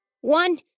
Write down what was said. one